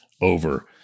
over